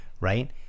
right